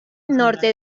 norte